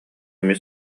эмиэ